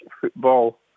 football